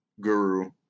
guru